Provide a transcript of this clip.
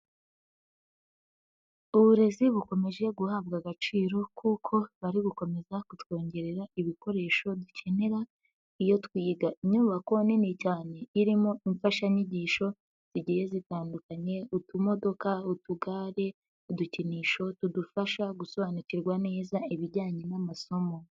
Uburezi bukomeje guhabwa agaciro kuko bari gukomeza kutwongerera ibikoresho dukenera iyo twiga. Inyubako nini cyane irimo imfashanyigisho zigiye zitandukanye: utumodoka, utugare, udukinisho tudufasha gusobanukirwa neza ibijyanye n'amasomo.